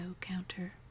counter